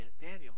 Daniel